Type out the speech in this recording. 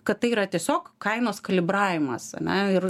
kad tai yra tiesiog kainos kalibravimas ane ir